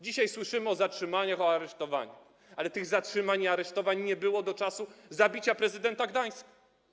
Dzisiaj słyszymy o zatrzymaniach, o aresztowaniach, ale tych zatrzymań i aresztowań nie było do czasu zabicia prezydenta Gdańska.